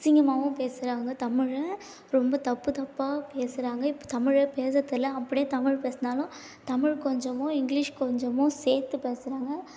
அசிங்கமாகவும் பேசுகிறாங்க தமிழை ரொம்ப தப்பு தப்பாக பேசுகிறாங்க இப்போ தமிழே பேச தெரியல அப்படியே தமிழ் பேசினாலும் தமிழ் கொஞ்சமும் இங்கிலீஷ் கொஞ்சமும் சேர்த்து பேசுகிறாங்க